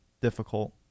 difficult